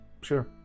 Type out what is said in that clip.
sure